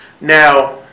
Now